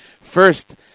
first